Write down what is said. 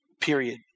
Period